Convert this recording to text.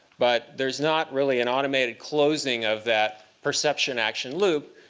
but there's not really an automated closing of that perception-action loop.